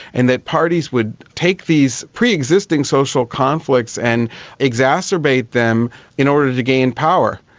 and that parties would take these pre-existing social conflicts and exacerbate them in order to gain power.